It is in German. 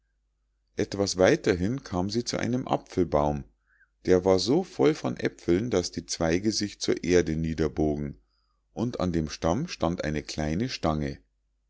etwas weiter hin kam sie zu einem apfelbaum der war so voll von äpfeln daß die zweige sich zur erde niederbogen und an dem stamm stand eine kleine stange